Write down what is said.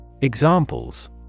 Examples